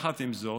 עם זאת,